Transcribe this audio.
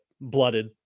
blooded